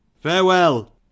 Farewell